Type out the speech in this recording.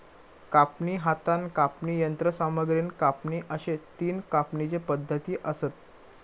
कापणी, हातान कापणी, यंत्रसामग्रीन कापणी अश्ये तीन कापणीचे पद्धती आसत